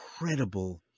incredible